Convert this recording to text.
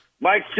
Mike